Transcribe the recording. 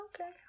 Okay